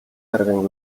даргын